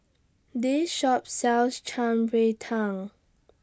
This Shop sells Shan Rui Tang